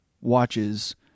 watches